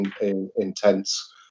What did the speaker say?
intense